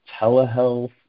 telehealth